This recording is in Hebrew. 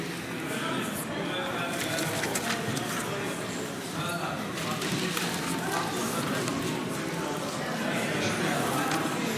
ואף על פי שאין השמנים נמשכים אחר הפתילה ואין האור נתלית